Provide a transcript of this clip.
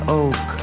oak